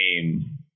name